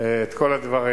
את כל הדברים.